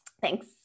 Thanks